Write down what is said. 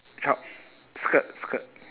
trou~ skirt skirt